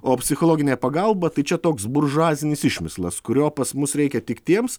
o psichologinė pagalba tai čia toks buržuazinis išmislas kurio pas mus reikia tik tiems